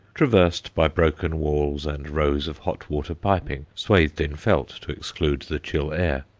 traversed by broken walls and rows of hot-water piping swathed in felt to exclude the chill air.